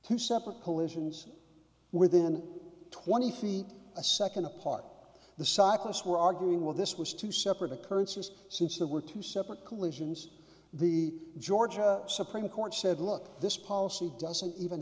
two separate collisions within twenty feet a second apart the cyclists were arguing with this was two separate occurrences since there were two separate collisions the georgia supreme court said look this policy doesn't even